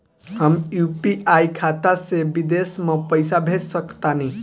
हम यू.पी.आई खाता से विदेश म पइसा भेज सक तानि?